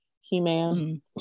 He-Man